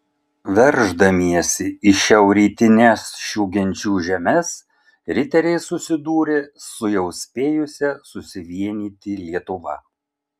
verždamiesi į šiaurrytines šių genčių žemes riteriai susidūrė su jau spėjusia susivienyti lietuva